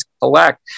collect